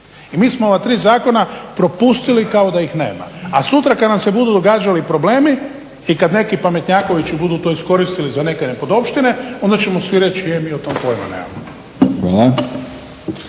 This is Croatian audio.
I mi smo ova tri zakona propustili kao da ih nema, a sutra kad nam se budu događali problemi i kad neki pametnjakovići budu to iskoristili za neke nepodopštine, onda ćemo svi reć mi o tom pojma nemamo.